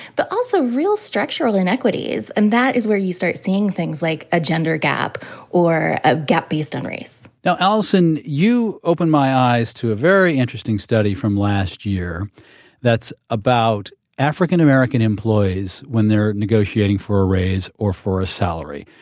but also real structural inequities. and that is where you start seeing things like a gender gap or a gap based on race. you know and you opened my eyes to a very interesting study from last year that's about african-american employees when they're negotiating for a raise or for a salary.